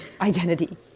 identity